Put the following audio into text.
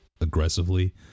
aggressively